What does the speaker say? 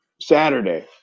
Saturday